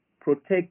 protect